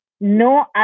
No